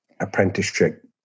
apprenticeship